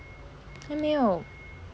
还没有